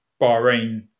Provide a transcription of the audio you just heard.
Bahrain